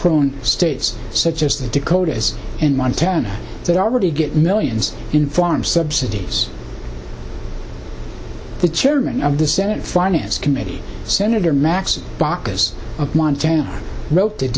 prone states such as the dakotas and montana that already get millions in farm subsidies the chairman of the senate finance committee senator max baucus of montana